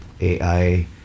AI